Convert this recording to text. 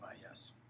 yes